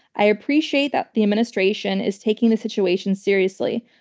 i appreciate that the administration is taking this situation seriously,